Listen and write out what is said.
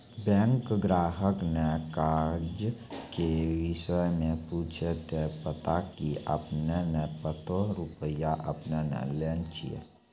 Bank ग्राहक ने काज के विषय मे पुछे ते बता की आपने ने कतो रुपिया आपने ने लेने छिए?